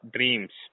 Dreams